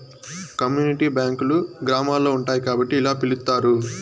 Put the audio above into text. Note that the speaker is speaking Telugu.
కమ్యూనిటీ బ్యాంకులు గ్రామాల్లో ఉంటాయి కాబట్టి ఇలా పిలుత్తారు